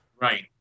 Right